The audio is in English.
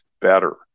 better